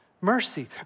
mercy